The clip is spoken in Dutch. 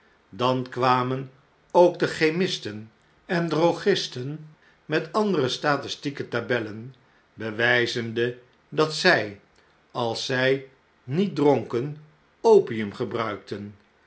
dan kwamen oqk de chemisten en drogisten met andere statistieke tabellen bewijzende dat zij als zij niet dronken opium gebruikten